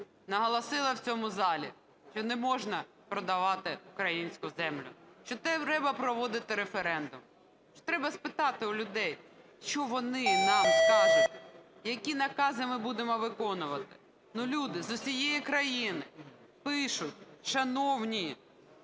наголосила в цьому залі, що не можна продавати українську землю, що треба проводити референдум, що треба спитати у людей, що вони нам скажуть, які накази ми будемо виконувати. Ну, люди з усієї країни пишуть, шановні,